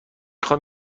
خوام